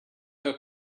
her